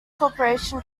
corporation